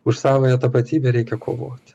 už savąją tapatybę reikia kovoti